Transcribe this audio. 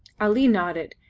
ali nodded,